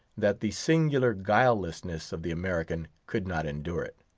that the singular guilelessness of the american could not endure it.